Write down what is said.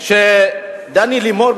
כשדני לימור,